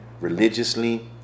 religiously